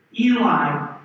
Eli